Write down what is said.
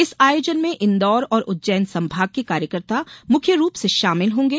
इस आयोजन में इंदौर और उज्जैन संभाग के कार्यकर्ता मुख्य रूप से शामिल होंगे